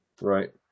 right